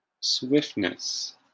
Swiftness